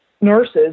nurses